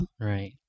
Right